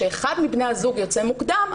כשאחד מבני הזוג יוצא מוקדם,